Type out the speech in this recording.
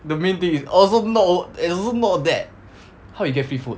the main thing is also not al~ is also not that how he get free food